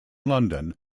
london